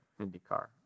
IndyCar